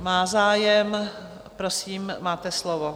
Má zájem, prosím, máte slovo.